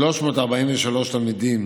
343 תלמידים